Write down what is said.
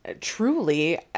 truly